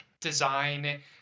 design